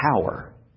power